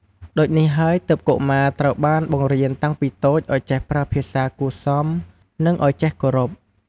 ដូចនេះហើយទើបកុមារត្រូវបានបង្រៀនតាំងពីតូចឲ្យចេះប្រើភាសារគួរសម និងអោយចេះគោរព។